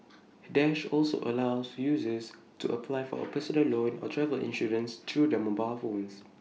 dash also allows users to apply for A personal loan or travel insurance through their mobile phones